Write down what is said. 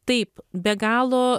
taip be galo